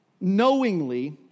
knowingly